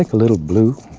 ah little blue